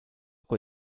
con